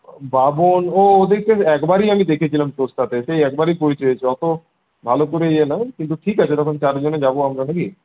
বাবন ও ওদেরকে একবারই আমি দেখেছিলাম তোর সাথে সেই একবারই পরিচয় হয়েছিলো অত ভালো করে ইয়ে নয় কিন্তু ঠিক আছে তখন চারজনে যাব আমরা নাকি